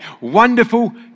Wonderful